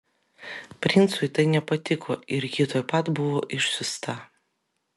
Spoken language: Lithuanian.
princui tai nepatiko ir ji tuoj pat buvo išsiųsta